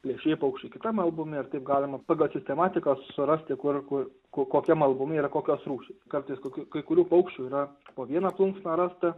plėšrieji paukščiai kitam albume ir taip galima pagal sistematiką surasti kur kur kokiam albume yra kokios rūšys kartais kokių kai kurių paukščių yra po vieną plunksną rasta